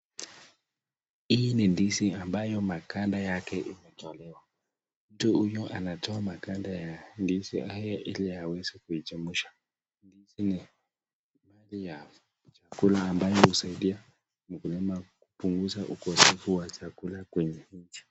Hii ni ndizi ambayo maganda yake imetolewa mtu huyu anatowa maganda ya ndizi haya ili aweze kuyauza, ndizi ni chakula ambayo husaidia mkulima kupunguza ukosefu ya chakula kwenye mji.